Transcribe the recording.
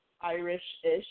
Irish-ish